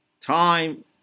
time